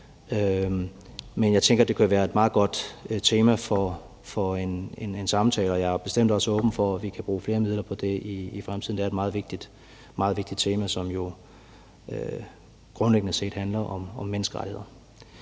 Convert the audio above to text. Men jeg tænker, at det kan være et meget godt tema for en samtale, og jeg er bestemt også åben for, at vi kan bruge flere midler på det i fremtiden. Det er et meget vigtigt tema, som jo grundlæggende set handler om menneskerettigheder.